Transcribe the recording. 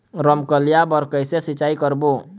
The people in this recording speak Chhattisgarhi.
रमकलिया बर कइसे सिचाई करबो?